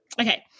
Okay